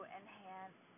enhance